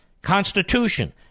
Constitution